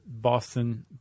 Boston